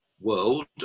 world